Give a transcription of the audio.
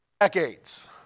...decades